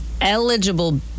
eligible